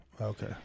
Okay